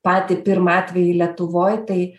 patį pirmą atvejį lietuvoj tai